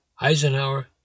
Eisenhower